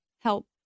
Help